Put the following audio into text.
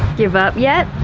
give up yet?